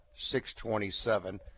627